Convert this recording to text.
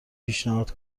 پیشنهاد